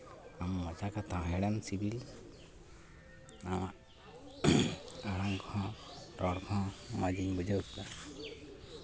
ᱟᱢ ᱢᱚᱪᱟ ᱠᱟᱛᱷᱟ ᱦᱮᱲᱮᱢ ᱥᱤᱵᱤᱞ ᱟᱢᱟᱜ ᱟᱲᱟᱝ ᱠᱚᱦᱚᱸ ᱨᱚᱲ ᱠᱚᱦᱚᱸ ᱢᱚᱡᱽ ᱜᱤᱧ ᱵᱩᱡᱷᱟᱹᱣ ᱠᱮᱫᱟ